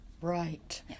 Right